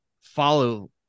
follow